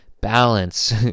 Balance